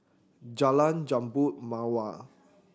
Jalan Jambu Mawar